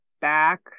back